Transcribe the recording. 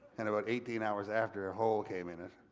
and about eighteen hours after, a hole came in it,